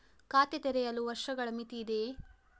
ಖಾತೆ ತೆರೆಯಲು ವರ್ಷಗಳ ಮಿತಿ ಇದೆಯೇ?